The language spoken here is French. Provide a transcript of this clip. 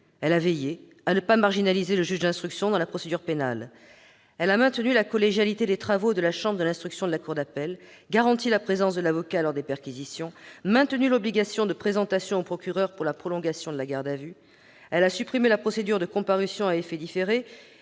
Elle a veillé à ce que le juge d'instruction ne soit pas marginalisé dans la procédure pénale. Elle a maintenu la collégialité des travaux de la chambre de l'instruction de la cour d'appel, garanti la présence de l'avocat lors des perquisitions, maintenu l'obligation de présentation au procureur pour la prolongation de la garde à vue, supprimé la procédure de comparution à effet différé